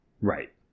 Right